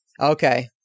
Okay